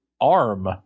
arm